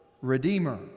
Redeemer